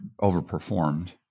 overperformed